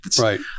Right